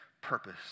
purpose